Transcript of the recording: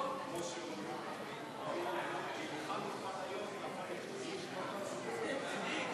הגנה על זכויות מבצעים בגין יצירותיהם מקום המדינה),